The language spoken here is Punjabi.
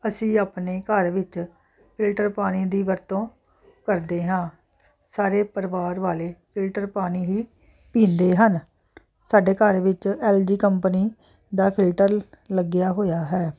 ਅਸੀਂ ਆਪਣੇ ਘਰ ਵਿੱਚ ਫਿਲਟਰ ਪਾਣੀ ਦੀ ਵਰਤੋਂ ਕਰਦੇ ਹਾਂ ਸਾਰੇ ਪਰਿਵਾਰ ਵਾਲੇ ਫਿਲਟਰ ਪਾਣੀ ਹੀ ਪੀਂਦੇ ਹਨ ਸਾਡੇ ਘਰ ਵਿੱਚ ਐਲ ਜੀ ਕੰਪਨੀ ਦਾ ਫਿਲਟਰ ਲੱਗਿਆ ਹੋਇਆ ਹੈ